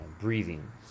breathing